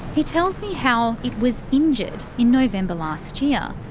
he tells me how it was injured in november last year,